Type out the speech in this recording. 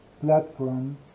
platform